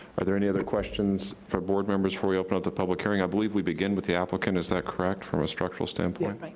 are there any other questions from board members before we open up the public hearing? i believe we begin with the applicant. is that correct, from a structural standpoint?